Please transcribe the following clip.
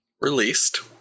released